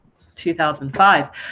2005